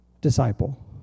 Disciple